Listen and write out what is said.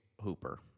hooper